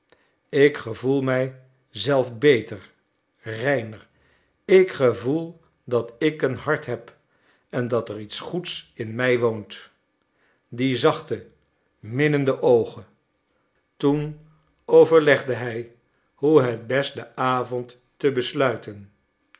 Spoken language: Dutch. ik gevoel mij zelf beter reiner ik gevoel dat ik een hart heb en dat er iets goeds in mij woont die zachte minnende oogen toen overlegde hij hoe het best den avond te besluiten